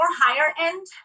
higher-end